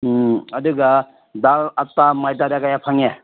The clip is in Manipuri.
ꯎꯝ ꯑꯗꯨꯒ ꯗꯥꯜ ꯑꯇꯥ ꯃꯣꯏꯗꯥꯗ ꯀꯌꯥ ꯐꯪꯉꯦ